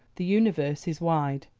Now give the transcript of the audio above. the universe is wide.